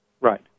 Right